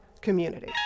Community